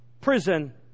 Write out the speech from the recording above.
prison